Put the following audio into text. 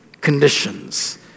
conditions